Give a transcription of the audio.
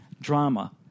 drama